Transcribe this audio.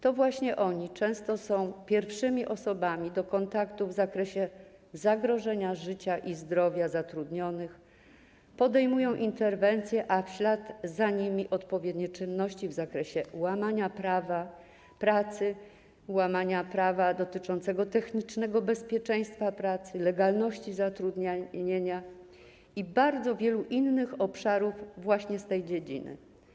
To właśnie oni często są pierwszymi osobami mającymi kontakt w zakresie zagrożenia życia i zdrowia zatrudnionych, podejmują interwencje, a w ślad za nimi odpowiednie czynności w zakresie łamania prawa pracy, łamania prawa dotyczącego technicznego bezpieczeństwa pracy, legalności zatrudnienia i bardzo wielu innych obszarów właśnie z tej dziedziny.